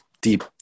deep